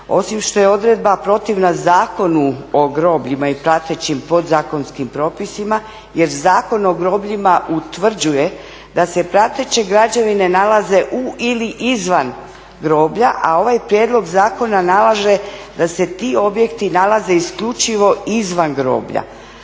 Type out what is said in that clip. Osim što je odredba protivna Zakonu o grobljima i pratećim podzakonskim propisima jer Zakon o grobljima utvrđuje da se prateće građevine nalaze u ili izvan groblja, a ovaj prijedlog zakona nalaže da se ti objekti nalaze isključivo izvan groblja.